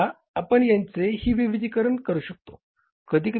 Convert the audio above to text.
आता आपण यांचे ही विविधीकरण करू शकतो